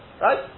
Right